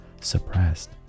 suppressed